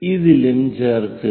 ഇതിലും ചേർക്കുക